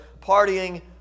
partying